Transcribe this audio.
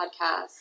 podcast